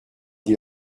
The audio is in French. dit